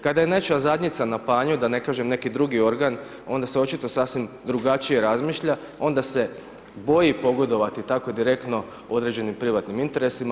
Kada je nečija zadnjica na panju, da ne kažem neki drugi organ, onda se očito sasvim drugačije razmišlja, onda se boji pogodovati tako direktno određenim privatnim interesima.